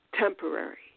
temporary